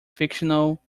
fictional